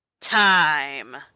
Time